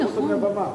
מהבמה.